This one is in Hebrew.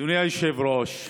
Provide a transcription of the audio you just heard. אדוני היושב-ראש,